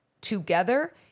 together